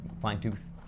fine-tooth